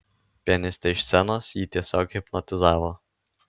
pianistė iš scenos jį tiesiog hipnotizavo